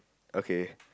okay